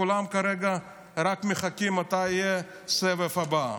וכולם כרגע רק מחכים מתי יהיה הסבב הבא.